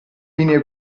linee